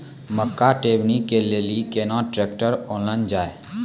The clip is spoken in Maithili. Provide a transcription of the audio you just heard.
मक्का टेबनी के लेली केना ट्रैक्टर ओनल जाय?